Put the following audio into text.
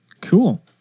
Cool